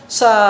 sa